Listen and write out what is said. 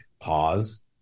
pause